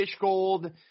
Fishgold